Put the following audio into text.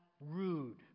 rude